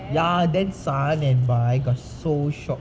ya then san and bai got so shocked